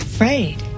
Afraid